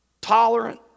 tolerant